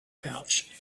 pouch